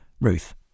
Ruth